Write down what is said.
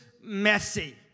messy